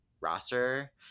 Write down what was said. roster